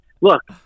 look